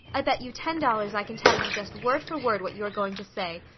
i bet you ten dollars i can tell you just word for word what you are going to say.